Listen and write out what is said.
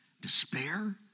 despair